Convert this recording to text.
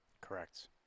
Correct